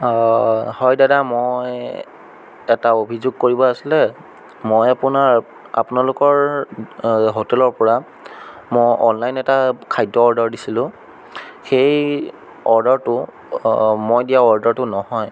অঁ হয় দাদা মই এটা অভিযোগ কৰিব আছিলে মই আপোনাৰ আপোনালোকৰ হোটেলৰপৰা মই অনলাইন এটা খাদ্য অৰ্ডাৰ দিছিলোঁ সেই অৰ্ডাৰটো মই দিয়া অৰ্ডাৰটো নহয়